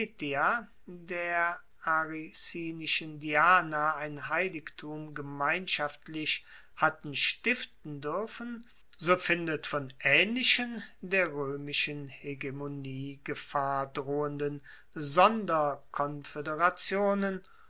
der aricinischen diana ein heiligtum gemeinschaftlich hatten stiften duerfen so findet von aehnlichen der roemischen hegemonie gefahr drohenden